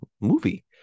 movie